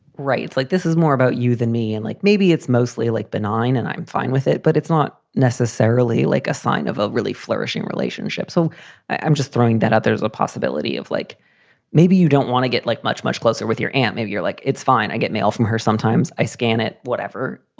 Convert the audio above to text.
right. like, this is more about you than me. and like, maybe it's mostly like benign and i'm fine with it, but it's not necessarily like a sign of a really flourishing relationship. so i'm just throwing that out. there's a possibility of like maybe you don't want to get much, much closer with your aunt. maybe you're like, it's fine. i get mail from her. sometimes i scan it, whatever.